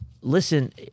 listen